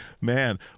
Man